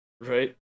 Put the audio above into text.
right